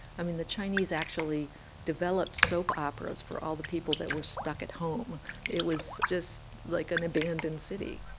i mean, the chinese actually developed soap operas for all the people that were stuck at home. it was just like an abandoned city